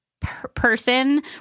person